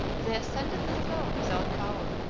they ascended the throne without power,